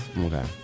Okay